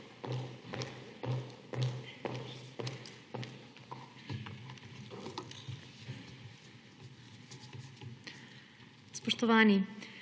Spoštovani!